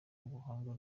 ubuhanga